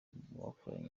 bakoranye